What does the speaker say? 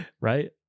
Right